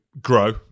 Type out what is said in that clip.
grow